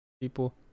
people